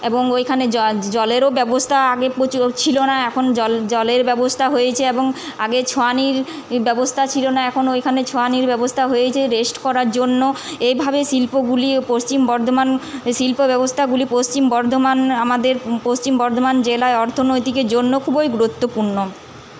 এবং ওইখানে জ জলেরও ব্যবস্থা আগে প্রচুর ছিল না এখন জল জলের ব্যবস্থা হয়েছে এবং আগে ছাউনির ই ব্যবস্থা ছিল না এখন ওইখানে ছাউনির ব্যবস্থা হয়েছে রেস্ট করার জন্য এইভাবে শিল্পগুলি পশ্চিম বর্ধমান শিল্প ব্যবস্থাগুলি পশ্চিম বর্ধমান আমাদের পশ্চিম বর্ধমান জেলায় অর্থনৈতিকের জন্য খুবই গুরুত্বপূর্ণ